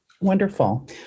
Wonderful